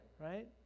right